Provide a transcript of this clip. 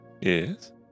yes